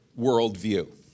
worldview